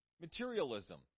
materialism